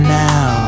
now